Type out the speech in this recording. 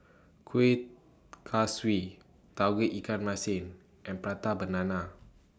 Kueh Kaswi Tauge Ikan Masin and Prata Banana